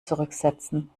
zurücksetzen